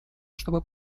чтобы